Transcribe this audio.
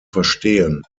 verstehen